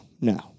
No